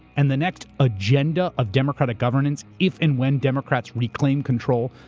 and the next agenda of democratic governance, if and when democrats reclaim control,